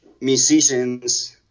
musicians